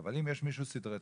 אבל אם יש מישהו סדרתי